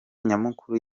nyamukuru